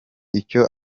icyo